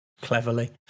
cleverly